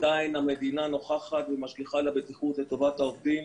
עדיין המדינה נוכחת ומשגיחה על הבטיחות לטובת העובדים,